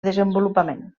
desenvolupament